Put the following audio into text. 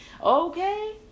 Okay